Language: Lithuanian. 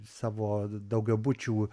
savo daugiabučių